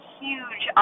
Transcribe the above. huge